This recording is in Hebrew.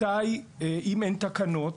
ככה גם התארגנו,